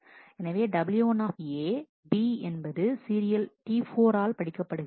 எனவே W1 B என்பது serial T4 ஆல் படிக்கப்படுகிறது